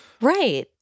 right